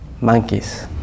monkeys